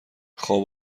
خواب